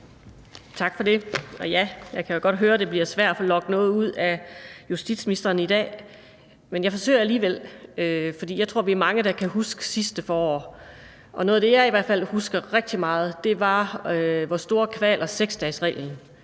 Tak for det. Jeg kan jo godt høre, at det bliver svært at få lokket noget ud af justitsministeren i dag, men jeg forsøger alligevel. For jeg tror, vi er mange, der kan huske sidste forår. Noget af det, jeg i hvert fald husker rigtig meget, var, hvor store kvaler 6-dagesreglen